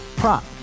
prop